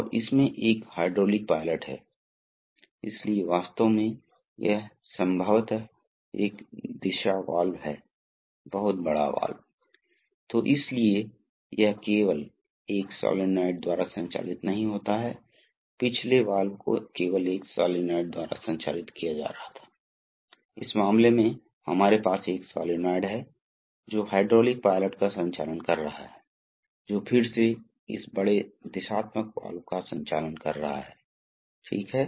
कभी कभी हमारे पास हमारे पास अब बहुलक पाइप है इसलिए आप यहां भी लचीली ट्यूबिंग कर सकते हैं कभी कभी आपके पास होज़ हो सकते हैं जो आप जानते हैं कि धातु प्रबलित बहुलक पाइप हैं इसलिए विभिन्न प्रकार के पाइप और इसके साथ ही विभिन्न प्रकार की फिटिंग का भी उपयोग किया जा सकता है और सील का उपयोग किया जाना चाहिए इसलिए हम उस पर ज्यादा ध्यान नहीं दे रहे हैं केवल दिखाने के लिए सिर्फ यह दिखाने के लिए कि किस तरह का छल्ला है